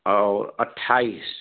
और अट्ठाईस